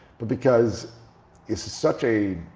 but because it's such a,